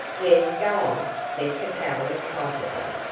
yes go on, said capel, excitedly.